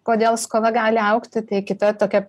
kodėl skola gali augti tai kita tokia